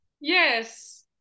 yes